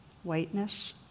Whiteness